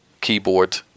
keyboard